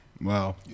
Wow